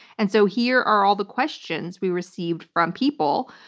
and so here are all the questions we received from people,